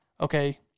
okay